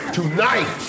Tonight